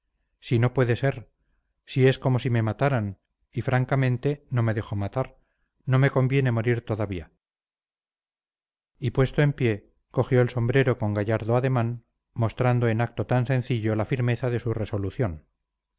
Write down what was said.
si no puede ser si es como si me mataran y francamente no me dejo matar no me conviene morir todavía y puesto en pie cogió el sombrero con gallardo ademán mostrando en acto tan sencillo la firmeza de su resolución